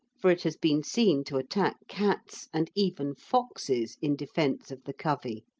for it has been seen to attack cats, and even foxes, in defence of the covey